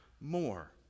more